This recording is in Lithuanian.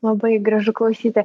labai gražu klausyti